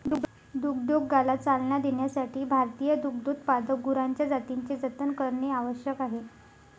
दुग्धोद्योगाला चालना देण्यासाठी भारतीय दुग्धोत्पादक गुरांच्या जातींचे जतन करणे आवश्यक आहे